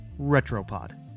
Retropod